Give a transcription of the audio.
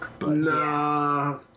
Nah